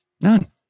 None